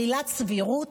על עילת סבירות?